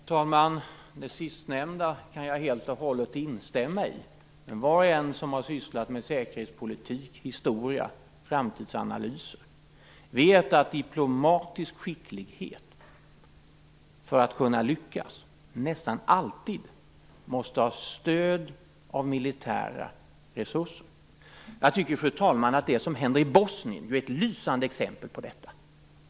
Fru talman! Det sistnämnda kan jag helt och hållet instämma i. Men var och en som har sysslat med säkerhetspolitik, historia och framtidsanalyser vet att diplomatisk skicklighet för att kunna lyckas nästan alltid måste ha stöd av militära rersurser. Jag tycker, fru talman, att det som händer i Bosnien är ett lysande exempel på detta.